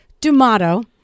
Dumato